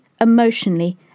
emotionally